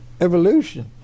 evolution